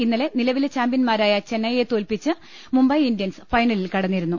ഇന്നലെ നിലവിലെ ചാമ്പ്യന്മാരായ ചെന്നൈയെ തോൽപ്പിച്ച് മുംബൈ ഇന്ത്യൻസ് ഫൈനലിൽ കടന്നിരുന്നു